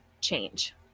change